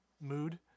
mood